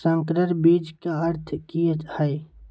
संकर बीज के अर्थ की हैय?